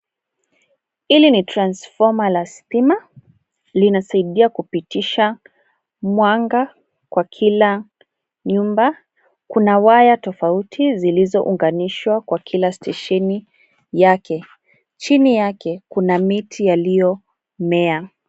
Hili ni transfoma la stima. Linasaidia kupitisha mwanga kwa kila nyumba. Kuna waya tofauti zilizounganishwa kwa kila stesheni yake. Chini yake kuna miti yaliyomea.